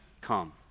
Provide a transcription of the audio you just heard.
come